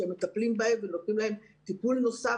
שמטפלים בהם ונותנים להם טיפול נוסף,